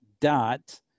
dot